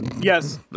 Yes